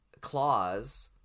clause